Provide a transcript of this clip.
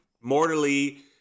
mortally